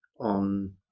on